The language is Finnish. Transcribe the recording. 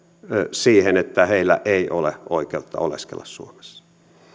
siihen että heillä ei ole oikeutta oleskella suomessa